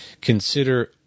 consider